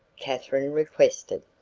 katherine requested.